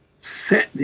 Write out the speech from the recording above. set